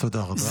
תודה רבה.